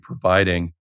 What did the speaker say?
providing